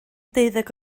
deuddeg